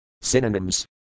Synonyms